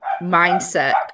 mindset